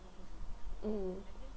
mm